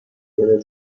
بره